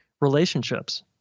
relationships